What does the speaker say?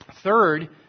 Third